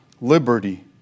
liberty